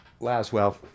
Laswell